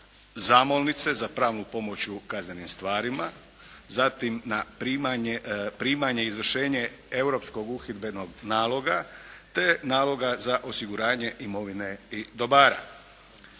zamolnice, za pravnu pomoć u kaznenim stvarima, zatim na primanje izvršenja Europskog uhidbenog naloga te naloga za osiguranje imovine i dobara.